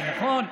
זה נכון,